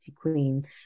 queen